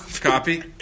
Copy